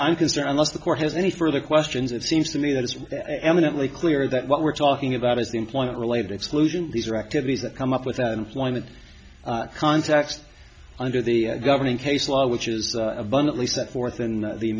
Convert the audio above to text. i'm concerned unless the court has any further questions it seems to me that it's eminently clear that what we're talking about is the employment related exclusion these are activities that come up with an employment context under the governing case law which is abundantly set forth in the